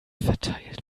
verteilt